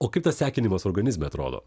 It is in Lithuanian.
o kaip tas sekinimas organizme atrodo